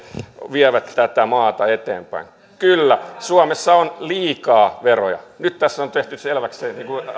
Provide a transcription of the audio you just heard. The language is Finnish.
vievät tätä maata eteenpäin kyllä suomessa on liikaa veroja nyt tässä on tehty selväksi